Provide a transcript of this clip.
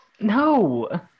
No